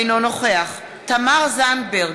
אינו נוכח תמר זנדברג,